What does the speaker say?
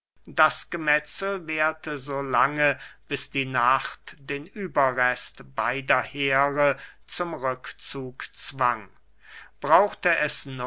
das gemetzel währte so lange bis die nacht den überrest beider heere zum rückzug zwang brauchte es